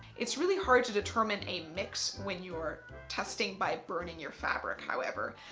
it's really hard to determine a mix when you're testing by burning your fabric however.